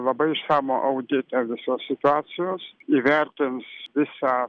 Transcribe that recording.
labai išsamų auditą visos situacijos įvertins visą